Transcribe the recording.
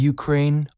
Ukraine